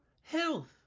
health